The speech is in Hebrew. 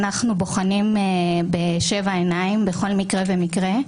אנחנו בוחנים בשבע עיניים בכל מקרה ומקרה,